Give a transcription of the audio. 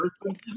person